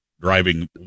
driving